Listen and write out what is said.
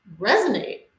resonate